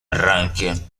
arranque